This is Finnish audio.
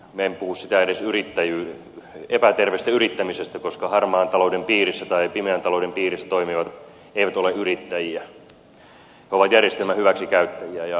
en puhu edes epäterveestä yrittämisestä koska harmaan talouden tai pimeän talouden piirissä toimivat eivät ole yrittäjiä he ovat järjestelmän hyväksikäyttäjiä